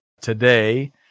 today